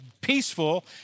peaceful